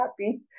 happy